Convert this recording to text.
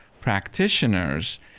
practitioners